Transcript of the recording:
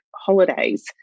holidays